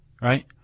Right